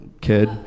kid